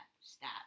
stop